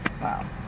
Wow